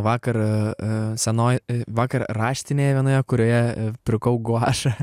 vakar senoj vakar raštinėj vienoje kurioje pirkau guašą